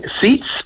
seats